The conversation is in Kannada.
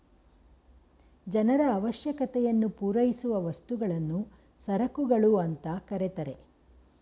ಜನರ ಅವಶ್ಯಕತೆಯನ್ನು ಪೂರೈಸುವ ವಸ್ತುಗಳನ್ನು ಸರಕುಗಳು ಅಂತ ಕರೆತರೆ